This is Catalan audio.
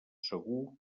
segur